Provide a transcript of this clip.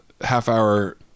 half-hour